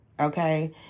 okay